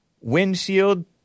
windshield